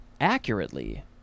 accurately